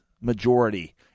majority